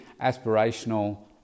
aspirational